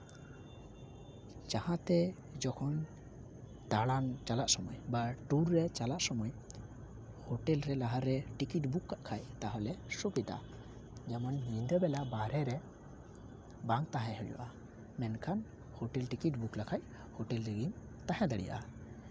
ᱡᱟᱦᱟᱸ ᱛᱮ ᱡᱚᱠᱷᱚᱱ ᱫᱟᱬᱟᱱ ᱪᱟᱞᱟᱜ ᱥᱚᱢᱚᱭ ᱵᱟ ᱴᱩᱨ ᱨᱮ ᱪᱟᱞᱟᱜ ᱥᱚᱢᱚᱭ ᱦᱳᱴᱮᱞ ᱨᱮ ᱞᱟᱦᱟ ᱨᱮ ᱴᱤᱠᱤᱴ ᱵᱩᱠ ᱠᱟᱜ ᱠᱷᱟᱡ ᱛᱟᱦᱚᱞᱮ ᱥᱩᱵᱤᱫᱟ ᱡᱮᱢᱚᱱ ᱧᱤᱫᱟᱹ ᱵᱮᱞᱟ ᱵᱟᱦᱨᱮ ᱨᱮ ᱵᱟᱝ ᱛᱟᱦᱮᱸ ᱦᱩᱭᱩᱜᱼᱟ ᱢᱮᱱᱠᱷᱟᱱ ᱦᱳᱴᱮᱞ ᱴᱤᱠᱤᱴ ᱵᱩᱠ ᱞᱮᱠᱷᱟᱡ ᱦᱳᱴᱮᱞ ᱨᱮᱜᱤᱢ ᱛᱟᱦᱮᱸ ᱫᱟᱲᱮᱭᱟᱜᱼᱟ